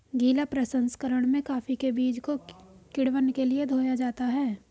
गीला प्रसंकरण में कॉफी के बीज को किण्वन के लिए धोया जाता है